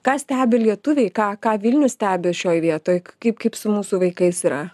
ką stebi lietuviai ką ką vilnius stebi šioj vietoj kaip kaip su mūsų vaikais yra